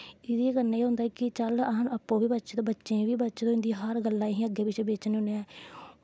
एह्दे कन्नै एह् होंदा कि चल अस आपै बी बचत होंदी ऐ ते बच्चें गी बी बच्चत होंदी ऐ हर गल्ला अस अग्गें पिच्छें बेचने होन्ने आं